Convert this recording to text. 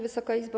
Wysoka Izbo!